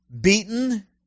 beaten